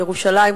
ירושלים,